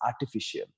artificial